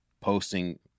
posting